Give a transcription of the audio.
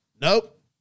Nope